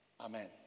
Amen